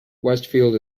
westfield